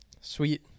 Sweet